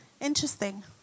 interesting